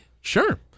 Sure